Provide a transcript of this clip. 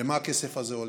למה הכסף הזה הולך?